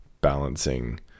balancing